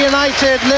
United